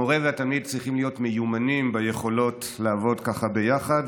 המורה והתלמיד צריכים להיות מיומנים ביכולות לעבוד ככה ביחד,